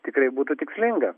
tikrai būtų tikslinga